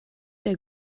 der